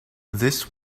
this